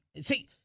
see